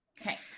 Okay